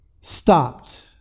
stopped